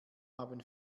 haben